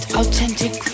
authentic